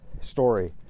story